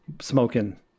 smoking